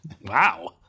wow